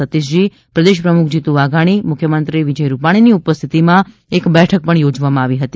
સતીષજી પ્રદેશપ્રમુખશ્રી જીતુ વાઘાણી મુખ્યમંત્રીશ્રી વિજય રુપાણીની ઉપસ્થિતિમાં એક બેઠક પણ કરવામાં આવી હતી